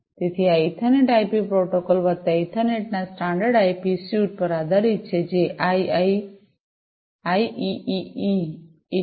તેથી આ Ethernet IP protocol Protocol વત્તા ઇથરનેટના સ્ટાન્ડર્ડ આઇપી સ્યુટ પર આધારિત છે જે આઇઇઇઇ 82